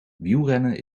wielrennen